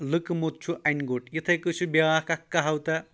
لکہٕ موٚت چھُ اَنہِ گوٚٹ یِتھے کٔنۍ چھُ بِیٛاکھ اکھ کہاوتاہ